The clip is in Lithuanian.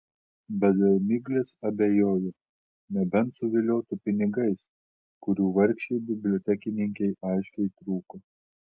bet dėl miglės abejojo nebent suviliotų pinigais kurių vargšei bibliotekininkei aiškiai trūko